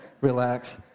relax